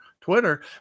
Twitter